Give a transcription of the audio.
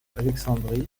alexandrie